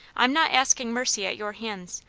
i'm not asking mercy at your hands,